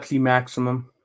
Maximum